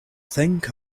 think